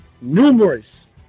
numerous